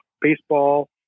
baseball